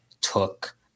took